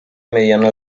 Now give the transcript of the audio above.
mediana